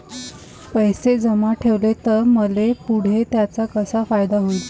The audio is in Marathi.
पैसे जमा ठेवले त मले पुढं त्याचा कसा फायदा होईन?